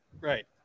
Right